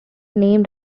named